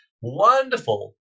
wonderful